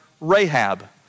Rahab